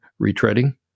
retreading